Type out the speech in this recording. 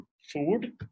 food